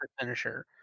finisher